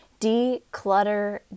declutter